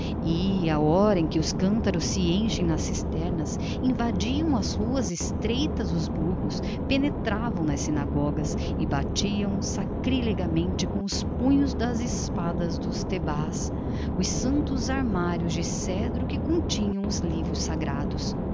à hora em que os cântaros se enchem nas cisternas invadiam as ruas estreitas dos burgos penetravam nas sinagogas e batiam sacrilegamente com os punhos das espadas nas thebahs os santos armários de cedro que continham os livros sagrados